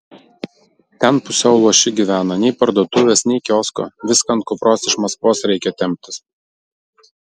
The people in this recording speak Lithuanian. ten pusiau luoši gyvena nei parduotuvės nei kiosko viską ant kupros iš maskvos reikia temptis